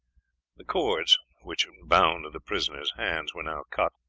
the cords which bound the prisoners' hands were now cut,